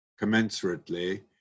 commensurately